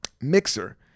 mixer